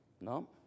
No